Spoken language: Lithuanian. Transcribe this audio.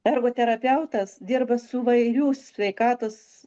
ergoterapeutas dirba su įvairių sveikatos